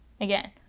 Again